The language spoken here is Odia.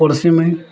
ପଢ଼ୁସି ମୁଇଁ